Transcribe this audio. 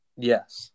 Yes